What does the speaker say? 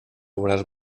veuràs